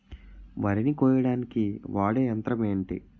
వరి ని కోయడానికి వాడే యంత్రం ఏంటి?